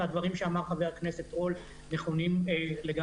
הדברים שאמר חבר הכנסת רול בנושא נכונים לגמרי.